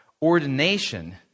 ordination